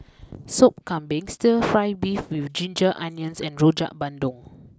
Sop Kambing Stir Fry Beef with Ginger Onions and Rojak Bandung